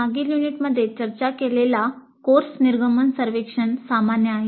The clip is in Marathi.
मागील युनिटमध्ये चर्चा केलेला कोर्स निर्गमन सर्वेक्षण सामान्य आहे